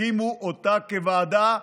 הקימו אותה כוועדה,